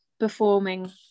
performing